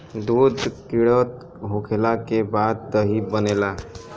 दूध किण्वित होखला के बाद दही बनेला